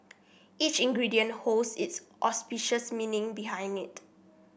each ingredient holds its auspicious meaning behind it